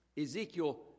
Ezekiel